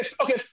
okay